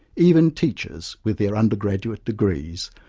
even teachers, with their undergraduate degrees,